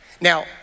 Now